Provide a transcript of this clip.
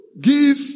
give